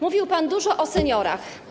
Mówił pan dużo o seniorach.